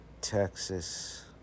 Texas